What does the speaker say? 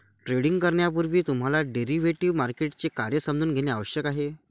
trading करण्यापूर्वी तुम्हाला derivative मार्केटचे कार्य समजून घेणे आवश्यक आहे